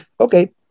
okay